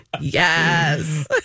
Yes